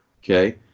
Okay